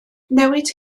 newid